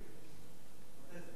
מתי זה?